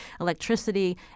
electricity